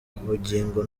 bugingo